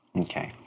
Okay